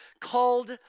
called